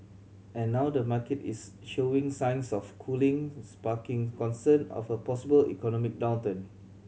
and now the market is showing signs of cooling sparking concern of a possible economic downturn